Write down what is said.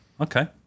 okay